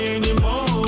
anymore